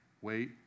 wait